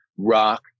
Rock